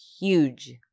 huge